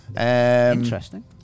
Interesting